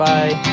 Bye